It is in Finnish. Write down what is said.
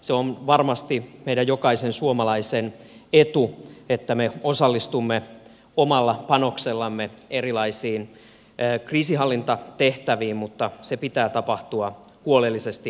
se on varmasti meidän jokaisen suomalaisen etu että me osallistumme omalla panoksellamme erilaisiin kriisinhallintatehtäviin mutta sen pitää tapahtua huolellisesti valmistellen